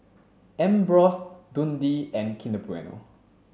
Ambros Dundee and Kinder Bueno